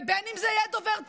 בין שזה יהיה דובר צה"ל,